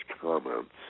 comments